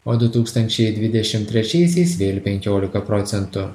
o du tūkstančiai dvidešim trečiaisiais vėl penkiolika procentų